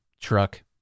truck